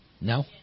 No